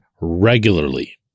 regularly